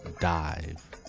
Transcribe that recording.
Dive